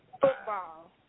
Football